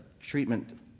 treatment